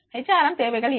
H R M தேவைகள் என்ன